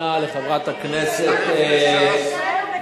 זה היה גם חלק של ישראל ביתנו.